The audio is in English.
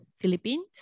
Philippines